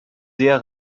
sehr